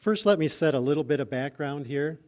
first let me set a little bit of background here